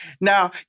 Now